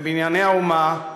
ב"בנייני האומה",